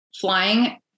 flying